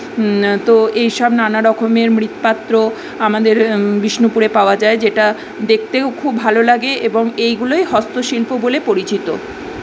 তো এই সব নানা রকমের মৃৎপাত্র আমাদের বিষ্ণুপুরে পাওয়া যায় যেটা দেখতেও খুব ভালো লাগে এবং এইগুলোই হস্ত শিল্প বলে পরিচিত